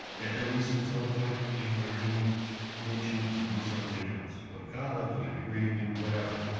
at least until a point you know where he may choose to do something else. go to college, get a degree, do whatever.